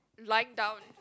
lying down